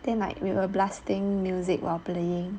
then like we were blasting music while playing